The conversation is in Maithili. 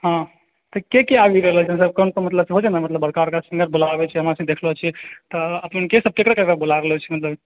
हॅं तऽ के के आबि रहलौ छै कोन कोन मतलब होइ छै ने बड़का बड़का बला आबै छै हमरा सब देखलौ छियै तऽ अखनी के सब केकरा केकरा बोला रहल छीहों जब